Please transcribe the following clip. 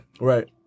Right